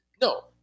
No